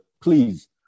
please